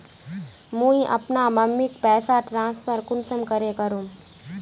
मुई अपना मम्मीक पैसा ट्रांसफर कुंसम करे करूम?